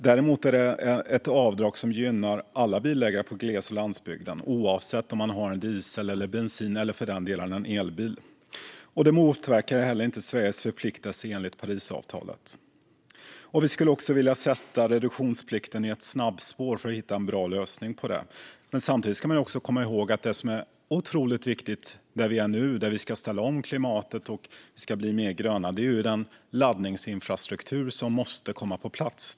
Däremot är det ett avdrag som gynnar alla bilägare på gles och landsbygden, oavsett om man har en dieselbil, en bensinbil eller för den delen en elbil. Det motverkar heller inte Sveriges förpliktelse enligt Parisavtalet. Vi skulle också vilja sätta reduktionsplikten i ett snabbspår för att hitta en bra lösning på detta. Samtidigt ska man komma ihåg att det som är otroligt viktigt när vi nu ska ställa om klimatet och bli mer gröna är den laddinfrastruktur som måste komma på plats.